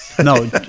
No